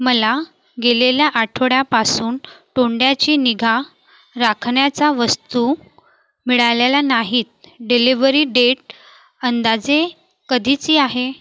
मला गेलेल्या आठवड्यापासून तोंडाची निगा राखण्याच्या वस्तू मिळालेल्या नाहीत डिलिवरी डेट अंदाजे कधीची आहे